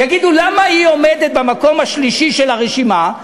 יגידו: למה היא עומדת במקום השלישי ברשימה?